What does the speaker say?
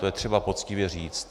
To je třeba poctivě říct.